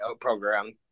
program